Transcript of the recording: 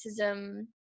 racism